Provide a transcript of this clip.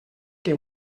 que